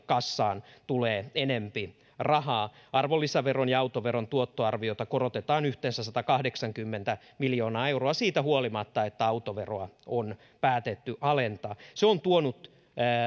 kassaan tulee enempi rahaa arvonlisäveron ja autoveron tuottoarviota korotetaan yhteensä satakahdeksankymmentä miljoonaa euroa siitä huolimatta että autoveroa on päätetty alentaa se on tuonut